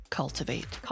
cultivate